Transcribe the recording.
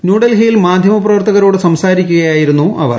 ന്യൂഡൽഹിയിൽ മാധ്യമപ്രവർത്തക രോട് സംസാരിക്കുകയായിരുന്നു അവർ